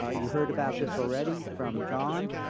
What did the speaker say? ah you heard about this already from jon.